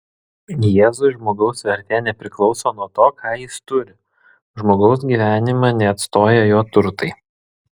jėzui žmogaus vertė nepriklauso nuo to ką jis turi žmogaus gyvenimą neatstoja jo turtai